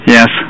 Yes